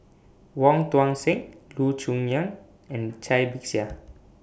Wong Tuang Seng Loo Choon Yong and Cai Bixia